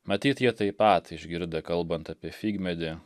matyt jie taip pat išgirdę kalbant apie figmedį